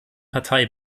partei